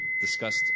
discussed